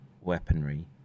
weaponry